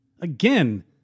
Again